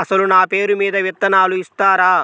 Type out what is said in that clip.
అసలు నా పేరు మీద విత్తనాలు ఇస్తారా?